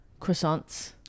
croissants